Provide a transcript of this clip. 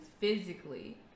physically